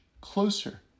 closer